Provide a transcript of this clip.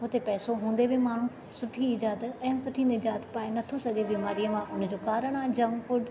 हुते पैसो हूंदे बि माण्हू हुते सुठी इजात ऐ सुठी निजात पाए नथो सघे हुन बीमारीअ मां हुन जो कारण आ जंक फ़ूड